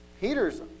Peter's